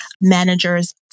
managers